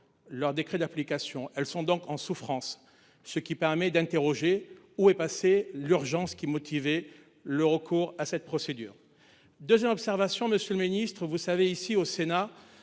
leurs décrets d'application. Elles sont donc en souffrance, ce qui permet d'interroger où est passé l'urgence qui motiver le recours à cette procédure. Deuxième observation, Monsieur le Ministre, vous savez, ici au Sénat.